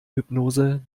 hypnose